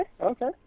Okay